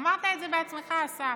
אמרת את זה בעצמך, אסף,